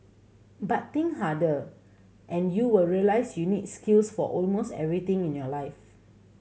but think harder and you will realise you need skills for almost everything in your life